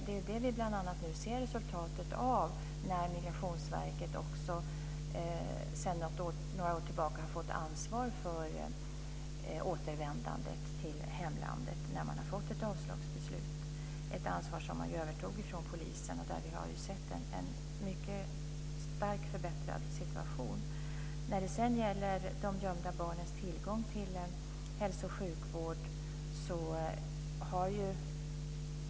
Det är bl.a. det vi ser resultatet av då Migrationsverket sedan några år tillbaka har ansvaret för återvändandet till hemlandet vid ett avslagsbeslut. Det ansvaret övertogs från polisen. Vi har sett en mycket starkt förbättrad situation. Sedan är det frågan om de gömda barnens tillgång till hälso och sjukvård.